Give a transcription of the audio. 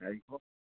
চাৰিশ